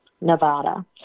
Nevada